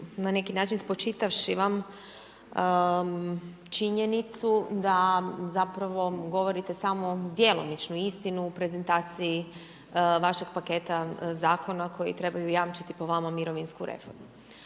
na neki način spočitavši vam činjenicu da zapravo govorite samo djelomičnu istinu u prezentaciji vašeg paketa zakona koji trebaju jamčiti po vama mirovinsku reformu.